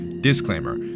Disclaimer